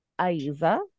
Aiza